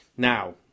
Now